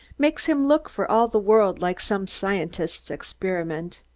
makes him look for all the world like some scientist's experiment.